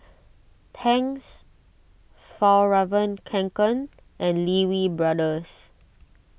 Tangs Fjallraven Kanken and Lee Wee Brothers